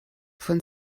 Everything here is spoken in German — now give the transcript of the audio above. von